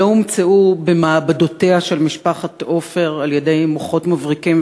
לא הומצאו במעבדותיה של משפחת עופר על-ידי מוחות מבריקים,